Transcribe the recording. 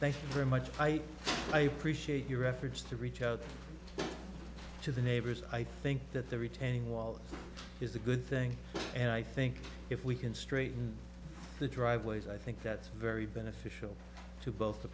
very much i appreciate your efforts to reach out to the neighbors i think that the retaining wall is a good thing and i think if we can straighten the driveway's i think that's very beneficial to both the